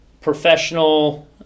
professional